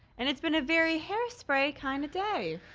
and its been a very hairspray kind of day.